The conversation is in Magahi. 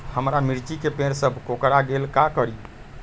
हमारा मिर्ची के पेड़ सब कोकरा गेल का करी?